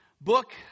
book